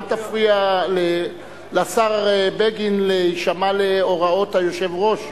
אל תפריע לשר בגין להישמע להוראות היושב-ראש,